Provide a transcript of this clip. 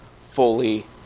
fully